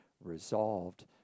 resolved